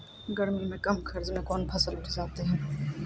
गर्मी मे कम खर्च मे कौन फसल उठ जाते हैं?